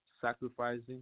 sacrificing